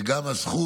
זו גם הזכות